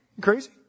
crazy